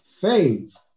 Faith